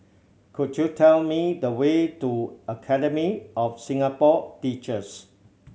could you tell me the way to Academy of Singapore Teachers